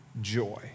joy